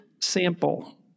sample